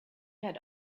had